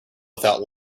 without